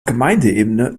gemeindeebene